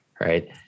right